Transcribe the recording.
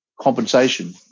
compensation